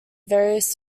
various